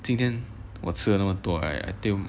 今天我吃了那么多 right until